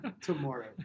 tomorrow